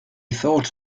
thought